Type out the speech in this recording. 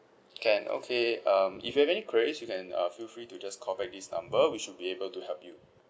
can okay um if you have any queries you can uh feel free to just call back this number we should be able to help you